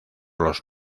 los